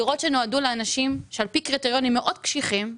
דירות שנועדו לאנשים שעל פי קריטריונים מאד קשיחים,